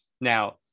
Now